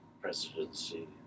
presidency